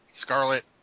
Scarlet –